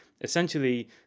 essentially